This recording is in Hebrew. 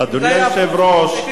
אם זה